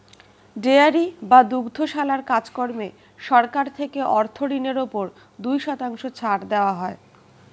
dairy বা দুগ্ধশালার কাজ কর্মে সরকার থেকে অর্থ ঋণের উপর দুই শতাংশ ছাড় দেওয়া হয়